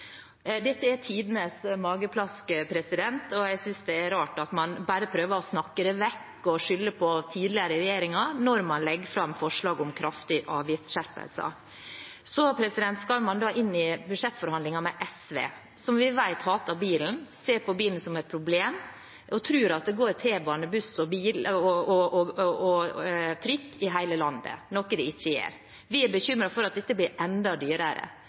Dette er tidenes mageplask, og jeg synes det er rart at man bare prøver å snakke det vekk og skylde på tidligere regjeringer når man legger fram forslag om kraftige avgiftsskjerpelser. Så skal man inn i budsjettforhandlinger med SV, som vi vet hater bilen, ser på bilen som et problem og tror at det går T-bane, buss, bil og trikk i hele landet, noe det ikke gjør. Vi er bekymret for at dette blir enda dyrere.